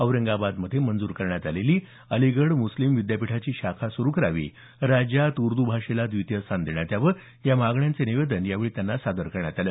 औरंगाबादमध्ये मंजूर करण्यात आलेली अलिगढ मुस्लिम विद्यापीठाची शाखा सुरु करावी राज्यात उर्द भाषेला द्वितीय स्थान देण्यात यावं या मागण्यांचं निवेदन यावेळी त्यांना सादर करण्यात आलं